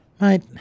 Mate